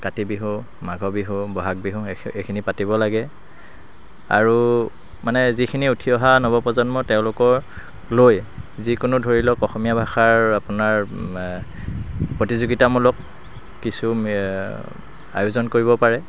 কাতি বিহু মাঘৰ বিহু বহাগ বিহু এই এইখিনি পাতিব লাগে আৰু মানে যিখিনি উঠি অহা নৱপ্ৰজন্ম তেওঁলোকলৈ যিকোনো ধৰি লওক অসমীয়া ভাষাৰ আপোনাৰ প্ৰতিযোগিতামূলক কিছু আয়োজন কৰিব পাৰে